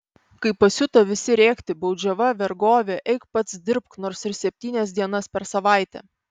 kai pasiuto visi rėkti baudžiava vergovė eik pats dirbk nors ir septynias dienas per savaitę